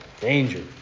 danger